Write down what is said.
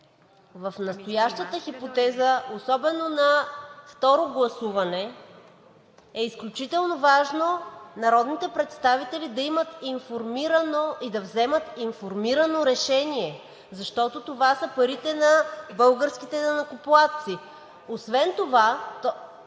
в настоящата хипотеза, особено на второ гласуване, е изключително важно народните представители да имат и да вземат информирано решение, защото това са парите на българските данъкоплатци. Специално